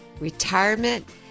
Retirement